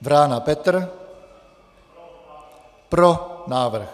Vrána Petr: Pro návrh.